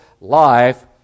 life